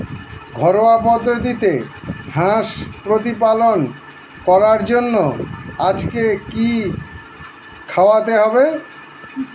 ঘরোয়া পদ্ধতিতে হাঁস প্রতিপালন করার জন্য আজকে কি খাওয়াতে হবে?